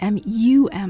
M-U-M